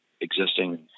existing